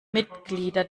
mitglieder